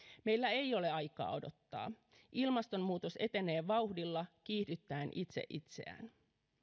meillä ei ole aikaa odottaa ilmastonmuutos etenee vauhdilla kiihdyttäen itse itseään